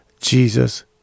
Jesus